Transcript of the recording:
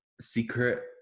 secret